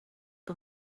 que